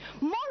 more